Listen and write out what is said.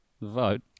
vote